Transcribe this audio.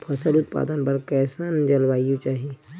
फसल उत्पादन बर कैसन जलवायु चाही?